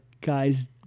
guys